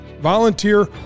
volunteer